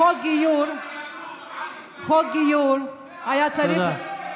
חוק הגיור היה צריך, תודה.